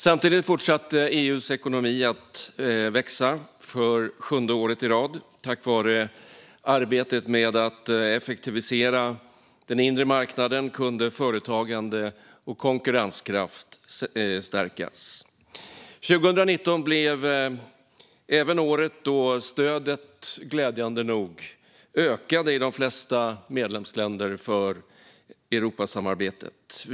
Samtidigt fortsatte EU:s ekonomi att växa för sjunde året i rad. Tack var arbetet med att effektivisera den inre marknaden kunde företagande och konkurrenskraft stärkas. År 2019 blev även året då stödet för Europasamarbetet glädjande nog ökade i de flesta medlemsländer.